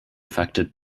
affected